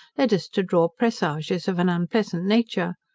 led us to draw presages of an unpleasant nature.